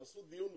תעשו דיון מחודש.